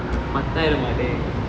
பத்தாயிரமா டே:paththaayirama de